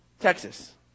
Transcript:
Texas